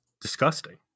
disgusting